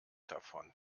davon